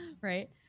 Right